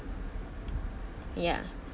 ya